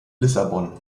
lissabon